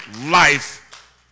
life